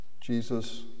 Jesus